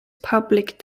public